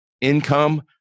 income